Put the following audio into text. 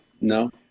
no